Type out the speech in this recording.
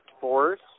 force